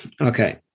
Okay